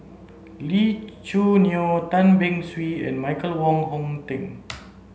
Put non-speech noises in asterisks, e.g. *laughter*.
Lee Choo Neo Tan Beng Swee and Michael Wong Hong Teng *noise*